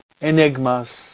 enigmas